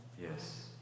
Yes